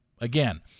again